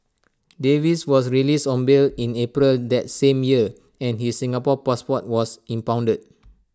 Davies was released on bail in April that same year and his Singapore passport was impounded